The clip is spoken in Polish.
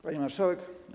Pani Marszałek!